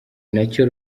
nacyo